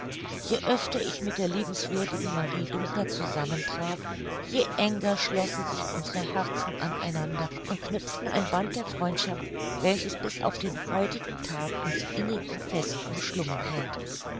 je öfter ich mit der liebenswürdigen marie dunker zusammen traf je enger schlossen sich unsre herzen an einander und knüpften ein band der freundschaft welches bis auf den heutigen tag uns innig und fest umschlungen hält